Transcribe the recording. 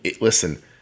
Listen